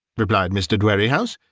replied mr. dwerrihouse,